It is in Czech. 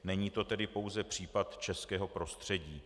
Není to tedy pouze případ českého prostředí.